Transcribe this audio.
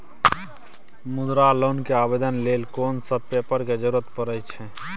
मुद्रा लोन के आवेदन लेल कोन सब पेपर के जरूरत परै छै?